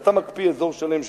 כשאתה מקפיא אזור שלם של